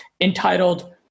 entitled